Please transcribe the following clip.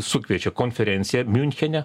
sukviečia konferenciją miunchene